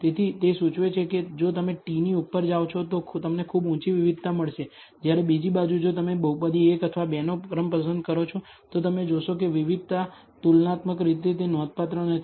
તેથી તે સૂચવે છે કે જો તમે t ની ઉપર જાવ છો તો તમને ખૂબ ઉંચી વિવિધતા મળશે જ્યારે બીજી બાજુ જો તમે બહુપદી 1 અથવા 2 નો ક્રમ પસંદ કરો છો તો તમે જોશો કે વિવિધતા તુલનાત્મક રીતે તે નોંધપાત્ર નથી